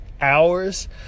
hours